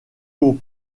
haut